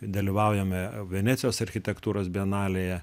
dalyvaujame venecijos architektūros bienalėje